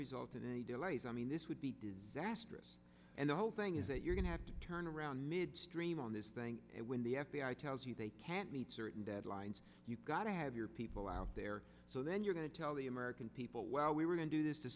result in any delays i mean this would be disastrous and the whole thing is that you're going to have to turn around midstream on this thing when the f b i tells you they can't meet certain deadlines you've got to have your people out there so then you're going to tell the american people well we were going to do this to